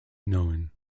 known